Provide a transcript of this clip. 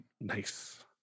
Nice